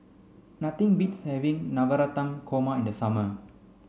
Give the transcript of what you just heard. nothing beats having Navratan Korma in the summer